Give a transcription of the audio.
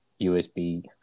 USB